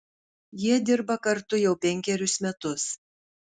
jie dirba kartu jau penkerius metus